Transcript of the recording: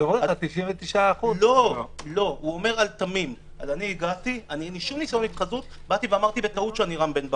הוא אומר על תמים: אין לי ניסיון התחזות - אמרתי בטעות שאני רם בן ברק.